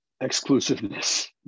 exclusiveness